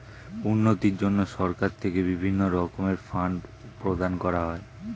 উন্নতির জন্য সরকার থেকে বিভিন্ন রকমের ফান্ড প্রদান করা হয়